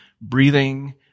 breathing